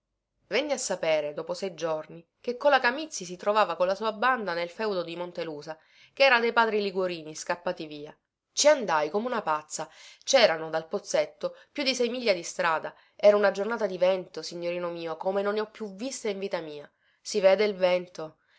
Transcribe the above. venni a sapere dopo sei giorni che cola camizzi si trovava con la sua banda nel feudo di montelusa che era dei padri liguorini scappati via ci andai come una pazza cerano dal pozzetto più di sei miglia di strada era una giornata di vento signorino mio come non ne ho più viste in vita mia si vede il vento